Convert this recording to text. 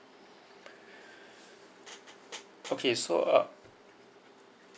okay so uh